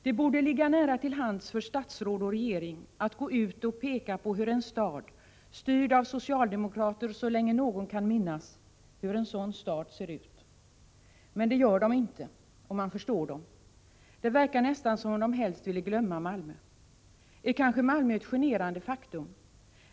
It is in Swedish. Det borde ligga nära till hands för statsråd och regering att gå ut och peka på hur en stad ser ut som styrts av socialdemokrater så länge någon kan minnas. Men det gör de inte, och man förstår dem. Det verkar nästan som om de helst ville glömma Malmö. Är kanske Malmö ett generande faktum?